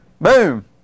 boom